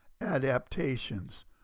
adaptations